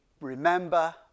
remember